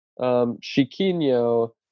Chiquinho